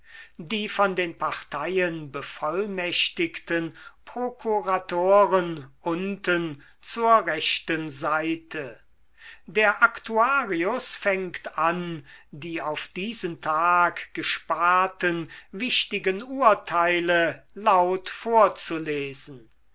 die von den parteien bevollmächtigten prokuratoren unten zur rechten seite der aktuarius fängt an die auf diesen tag gesparten wichtigen urteile laut vorzulesen